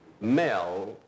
Mel